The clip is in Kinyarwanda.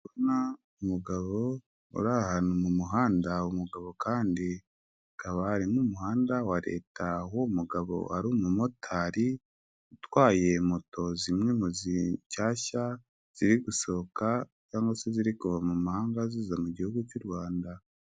Umugabo uri ahantu mu muhanda, umugabo kandi ha kaba hari n'umuhanda wa leta aho uwo mugabo wari umumotari utwaye moto zimwe mu zishyashya ziri gusohoka cyangwa se ziri kuva mu mahanga ziza mu gihugu cy'u rwanda.